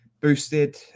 boosted